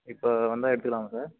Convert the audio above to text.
இப்போ வந்தால் எடுத்துக்கலாமா சார்